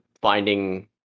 finding